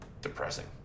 Depressing